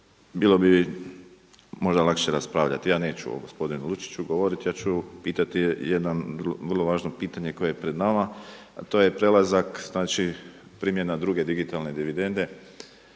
bilo bi možda lakše raspravljati. Ja neću o gospodinu Lučiću govoriti, ja ću pitati jedno vrlo važno pitanje koje je pred nama, a to je prelazak, znači primjena druge digitalne dividende.